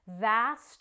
vast